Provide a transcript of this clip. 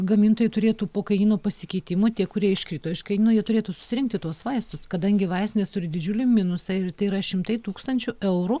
gamintojai turėtų po kainyno pasikeitimų tie kurie iškrito iš kainyno jie turėtų susirinkti tuos vaistus kadangi vaistinės turi didžiulį minusą ir tai yra šimtai tūkstančių eurų